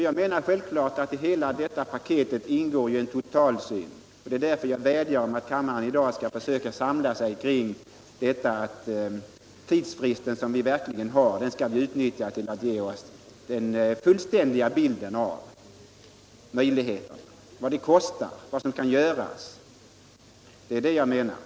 Jag menar självfallet att i hela detta paket ingår en totalsyn, och det är därför jag vädjar om att kammaren i dag skall försöka samla sig kring att verkligen utnyttja den tidsfrist vi har för att skaffa oss den fullständiga bilden av möjligheterna — vad det kostar, vad som kan göras.